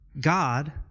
God